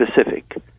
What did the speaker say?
specific